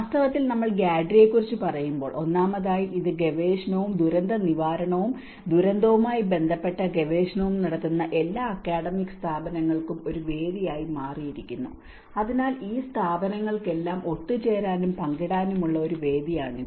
വാസ്തവത്തിൽ നമ്മൾ GADRI യെ കുറിച്ച് പറയുമ്പോൾ ഒന്നാമതായി ഇത് ഗവേഷണവും ദുരന്ത നിവാരണവും ദുരന്തവുമായി ബന്ധപ്പെട്ട ഗവേഷണവും നടത്തുന്ന എല്ലാ അക്കാദമിക് സ്ഥാപനങ്ങൾക്കും ഒരു വേദിയായി മാറിയിരിക്കുന്നു അതിനാൽ ഈ സ്ഥാപനങ്ങൾക്കെല്ലാം ഒത്തുചേരാനും പങ്കിടാനുമുള്ള ഒരു വേദിയാണിത്